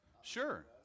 Sure